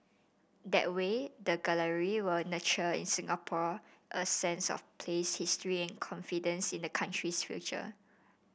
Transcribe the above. that way the gallery will nurture in Singapore a sense of place history and confidence in the country's future